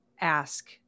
ask